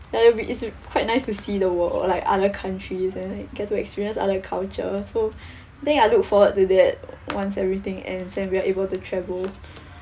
like it'll be it's quite nice to see the world like other countries and like get to experience other cultures so think I look forward to that once everything ends and we're able to travel